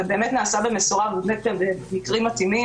זה באמת נעשה במשורה ובמקרים מתאימים,